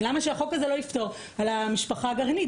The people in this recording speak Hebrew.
למה שהחוק הזה לא יפתור על המשפחה הגרעינית.